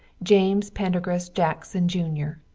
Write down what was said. james prendergast jackson jr.